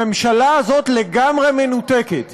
הממשלה הזאת לגמרי מנותקת,